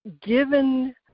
given